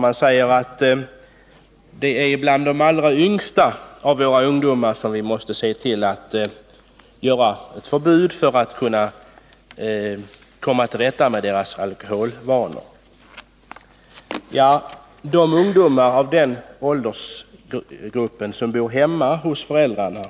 Det sägs att ett förbud behövs för att vi skall komma till rätta med de allra yngsta ungdomarnas alkoholvanor. Men flertalet av ungdomarna i den åldersgruppen bor hemma hos föräldrarna.